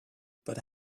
but